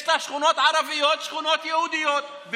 יש לך שכונות ערביות, שכונות יהודיות.